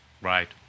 Right